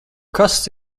kas